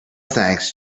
thanks